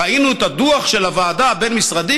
ראינו את הדוח של הוועדה הבין-משרדית.